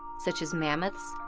such as mammoths,